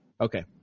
Okay